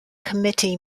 committee